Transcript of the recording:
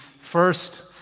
first